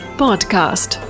podcast